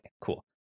Cool